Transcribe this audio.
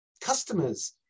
customers